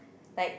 like